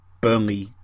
Burnley